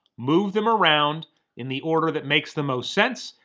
move them around in the order that makes the most sense,